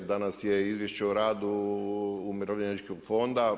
Danas je izvješće o radu Umirovljeničkog fonda.